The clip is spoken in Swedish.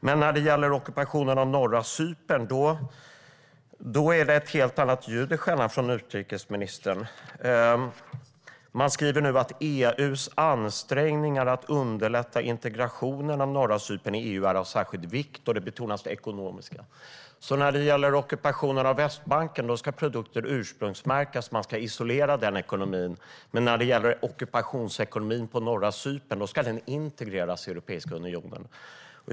Men när det gäller ockupationen av norra Cypern är det ett helt annat ljud i skällan från utrikesministern. Man skriver nu att EU:s ansträngningar att underlätta integrationen av norra Cypern i EU är av särskild vikt, och det ekonomiska betonas. När det gäller ockupationen av Västbanken ska produkter alltså ursprungsmärkas; man ska isolera ekonomin. Men när det gäller ockupationsekonomin på norra Cypern ska den integreras i Europeiska unionen.